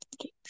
Okay